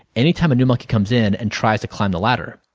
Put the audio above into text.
any time a new monkey comes in and tries to climb the ladder,